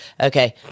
Okay